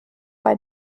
bei